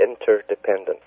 interdependent